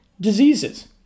diseases